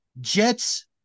Jets